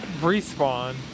Respawn